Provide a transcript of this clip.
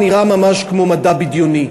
נראה ממש כמו מדע בדיוני.